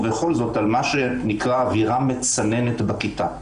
ובכל זאת על מה שנקרא: אוירה מצננת בכיתה.